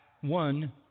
one